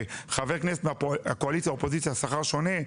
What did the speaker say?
שחבר כנסת מהקואליציה או מהאופוזיציה בשכר שונה,